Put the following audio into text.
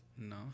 No